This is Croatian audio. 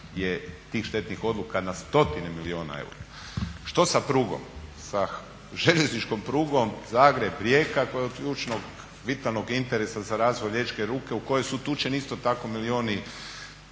je tih štetnih odluka na stotine milijuna eura. Što sa prugom, sa željezničkom prugom Zagreb-Rijeka koja je od ključnog, vitalnog interesa za razvoj riječke luke u kojoj su utučeni isto tako milijuni